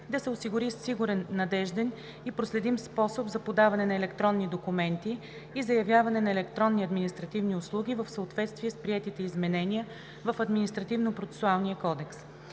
да се осигури сигурен, надежден и проследим способ за подаване на електронни документи и заявяване на електронни административни услуги в съответствие с приетите изменения в Административнопроцесуалния кодекс.